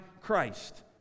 Christ